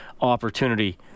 opportunity